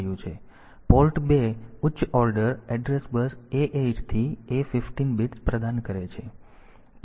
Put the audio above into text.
તેથી પોર્ટ 2 ઉચ્ચ order address bus A8 થી A15 બિટ્સ પ્રદાન કરે છે